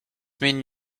mean